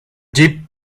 jeep